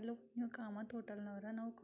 hello ನೀವು ಕಾಮತ್ ಹೋಟೆಲ್ನವರಾ ನಾವು ಕಾಲ್